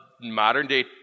modern-day